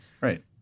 Right